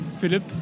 Philip